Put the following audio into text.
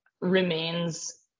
remains